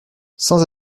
sans